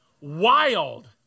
Wild